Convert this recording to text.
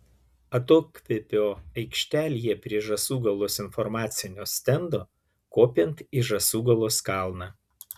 atokvėpio aikštelėje prie žąsūgalos informacinio stendo kopiant į žąsūgalos kalną